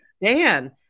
man